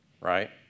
Right